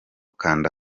kanda